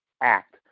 act